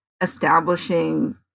establishing